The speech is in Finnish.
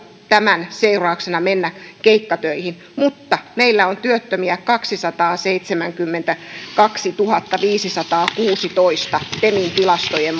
tämän seurauksena mennä keikkatöihin mutta meillä on työttömiä kaksisataaseitsemänkymmentäkaksituhattaviisisataakuusitoista temin tilastojen